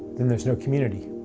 then there's no community.